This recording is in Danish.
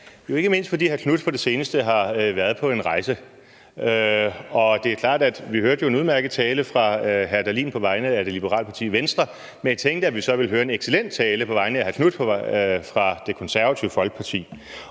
ikke mindst fordi hr. Marcus Knuth på det seneste har været på en rejse. Vi hørte jo en udmærket tale fra hr. Morten Dahlin på vegne af det liberale parti Venstre, men jeg tænkte, at vi så ville høre en excellent tale fra hr. Marcus Knuth på vegne af Det Konservative Folkeparti.